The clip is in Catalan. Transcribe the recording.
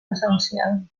presencial